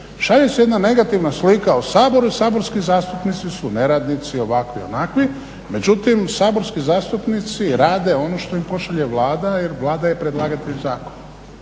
šalje se jedna negativna slika o Saboru, saborski zastupnici su neradnici, ovakvi, onakvi međutim saborski zastupnici rade ono što im pošalje Vlada jer Vlada je predlagatelj zakona.